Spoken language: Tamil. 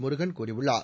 முருகன் கூறியுள்ளார்